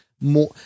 more